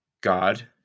God